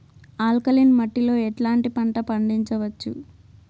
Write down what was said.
Alkaline మట్టి లో ఎట్లాంటి పంట పండించవచ్చు,?